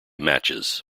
matches